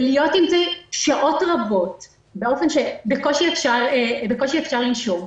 ולהיות עם זה שעות רבות באופן שבקושי אפשר לנשום.